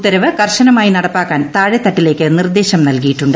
ഉത്തരവ് കർശനമായി നടപ്പാക്കാൻ താഴേത്തട്ടിലേക്ക് നിർദ്ദേശം നൽകിയിട്ടുണ്ട്